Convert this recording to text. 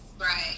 Right